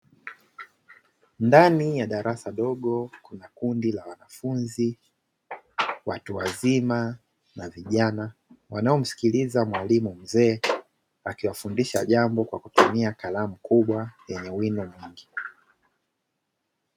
Ndani ya darasa dogo kuna kundi la wanafunzi, watu wazima na vijana wanaomsikiliza mwalimu mzee akiwafundisha jambo kwa kutumia kalamu kubwa yenye wino mwingi.